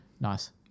Nice